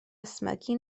ysmygu